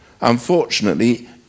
Unfortunately